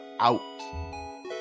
out